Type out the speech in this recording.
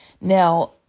Now